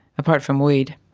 apart from weed,